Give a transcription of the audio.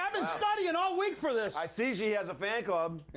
um been studying all week for this. i see she has a fan club.